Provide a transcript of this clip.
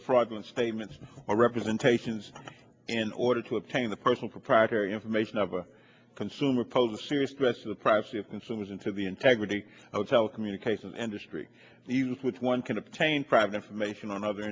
fraudulent statements or representations in order to obtain the personal proprietary information of a consumer pose a serious threats to the privacy of consumers and to the integrity of telecommunications industry and use with one can obtain private information on other